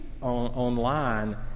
online